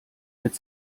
mit